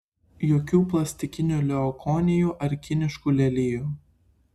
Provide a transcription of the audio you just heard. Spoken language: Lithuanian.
jokių plastikinių leukonijų ar kiniškų lelijų